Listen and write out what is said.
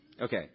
Okay